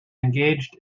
engaged